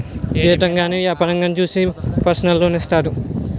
జీతం గాని వ్యాపారంగానే చూసి పర్సనల్ లోన్ ఇత్తారు